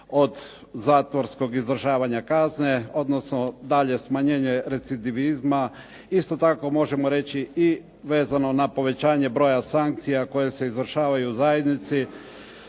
od zatvorskog izdržavanja kazne, odnosno dalje smanjenje recidivizma. Isto tako možemo reći i vezano na povećanje broja sankcija koje se izvršavaju u zajednici,